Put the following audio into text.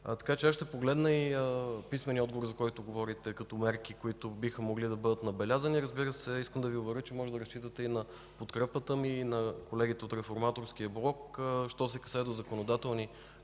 България. Ще погледна писмения отговор, за който говорите – като мерки, които биха могли да бъдат набелязани. Искам да Ви уверя, че можете да разчитате на подкрепата ми и на колегите от Реформаторския блок – що се касае до законодателни